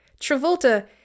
Travolta